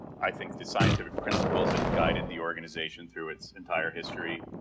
i think the scientific principles that have guided the organization through its entire history